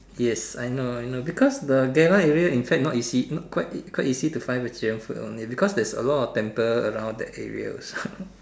yes I know I know because the area inside not easy quite quite easy to find vegetarian food also because got a lot of temple near the area also